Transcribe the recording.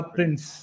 Prince